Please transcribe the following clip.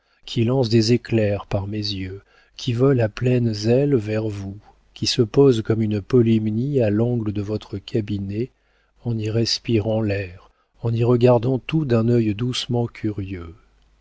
qui lance des éclairs par mes yeux qui vole à pleines ailes vers vous qui se pose comme une polymnie à l'angle de votre cabinet en y respirant l'air en y regardant tout d'un œil doucement curieux